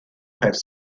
has